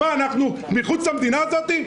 אנחנו מחוץ למדינה הזאת?